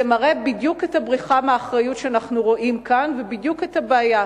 זה מראה בדיוק את הבריחה מאחריות שאנחנו רואים כאן ובדיוק את הבעיה.